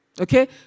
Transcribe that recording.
Okay